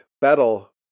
Battle